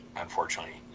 unfortunately